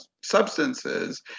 substances